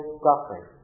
suffering